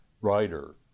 writer